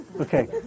Okay